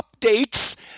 updates